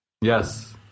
Yes